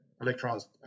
electrons